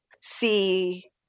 see